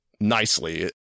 nicely